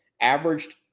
averaged